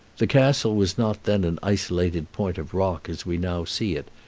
the castle was not then an isolated point of rock as we now see it,